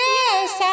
Yes